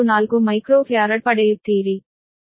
00734 micro farad ಪಡೆಯುತ್ತೀರಿ